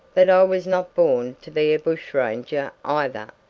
but i was not born to be a bushranger either.